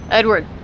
Edward